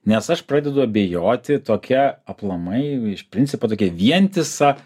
nes aš pradedu abejoti tokia aplamai iš principo tokia vientisa